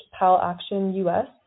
palactionus